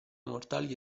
mortali